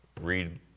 read